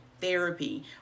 therapy